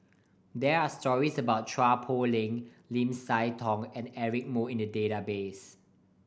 there are stories about Chua Poh Leng Lim Siah Tong and Eric Moo in the database